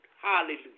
Hallelujah